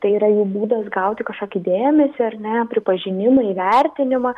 tai yra jų būdas gauti kažkokį dėmesį ar ne pripažinimą įvertinimą